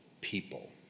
people